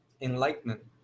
enlightenment